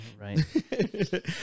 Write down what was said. right